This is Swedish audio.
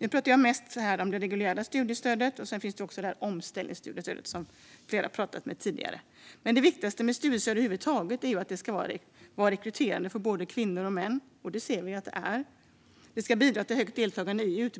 Nu har jag mest pratat om det reguljära studiestödet, men nu finns omställningsstudiestödet - som flera har pratat om tidigare. Det viktigaste med studiestödet är att det ska vara rekryterande för både kvinnor och män. Det kan vi se att det är. Det ska bidra till högt deltagande i